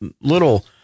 little